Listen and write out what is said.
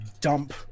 dump